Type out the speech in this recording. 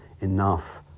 enough